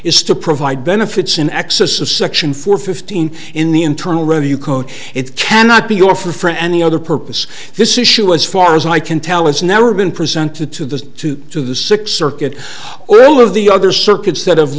is to provide benefits in excess of section four fifteen in the internal revenue code it cannot be your friend any other purpose this issue as far as i can tell has never been presented to the two to the six circuit all of the other circuits that have